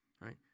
right